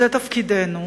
זה תפקידנו,